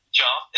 job